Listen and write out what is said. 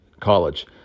College